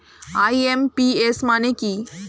IMPS মানে কি?